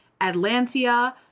Atlantia